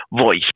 voice